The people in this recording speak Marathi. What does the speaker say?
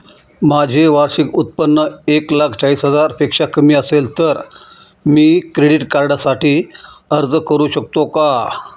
माझे वार्षिक उत्त्पन्न एक लाख चाळीस हजार पेक्षा कमी असेल तर मी क्रेडिट कार्डसाठी अर्ज करु शकतो का?